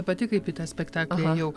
pati kaip į tą spektaklį ėjau